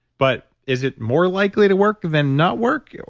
but is it more likely to work than not work,